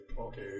okay